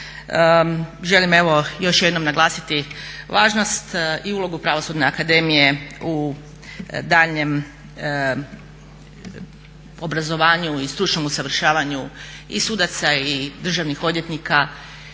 evo još jednom naglasiti važnost i ulogu Pravosudne akademije u daljnjem obrazovanju i stručnom usavršavanju i sudaca i državnih odvjetnika